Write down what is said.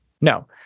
No